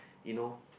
you know